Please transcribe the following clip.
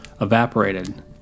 evaporated